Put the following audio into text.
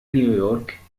نيويورك